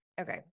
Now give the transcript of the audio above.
Okay